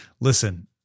Listen